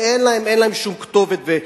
ואין להם שום כתובת.